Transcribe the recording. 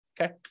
Okay